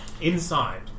Inside